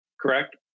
correct